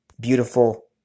Beautiful